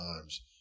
times